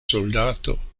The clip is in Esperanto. soldato